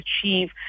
achieve